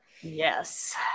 yes